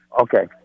Okay